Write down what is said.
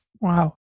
Wow